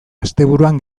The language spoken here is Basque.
asteburuan